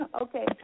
Okay